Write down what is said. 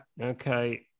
Okay